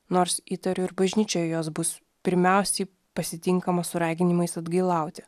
nors įtariu ir bažnyčioje jos bus pirmiausiai pasitinkama su raginimais atgailauti